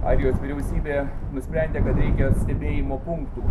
ar jos vyriausybė nusprendė kad reikia stebėjimo punktų